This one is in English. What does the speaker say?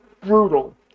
brutal